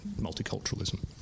multiculturalism